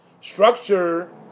structure